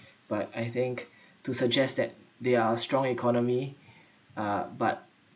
but I think to suggest that they are strong economy uh but